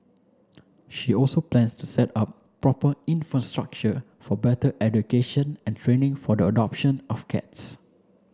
she also plans to set up proper infrastructure for better education and training for the adoption of cats